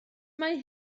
mae